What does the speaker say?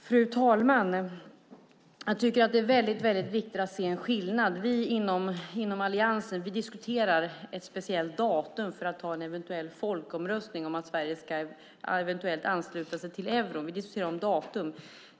Fru talman! Jag tycker att det är väldigt viktigt att se en skillnad. Vi inom Alliansen diskuterar ett speciellt datum för en eventuell folkomröstning om att Sverige eventuellt ska ansluta sig till euron. Vi diskuterar datum.